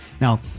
Now